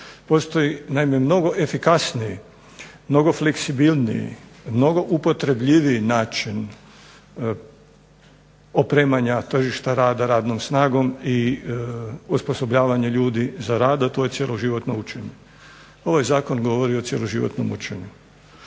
Postoji naime mnogo efikasniji, mnogo fleksibilniji, mnogo upotrebljiviji način opremanja tržišta rada radnom snagom i osposobljavanja ljudi za rad, a to je cjeloživotno učenje. Ovaj Zakon govori o cjeloživotnom učenju.